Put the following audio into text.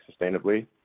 sustainably